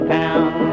town